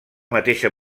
mateixa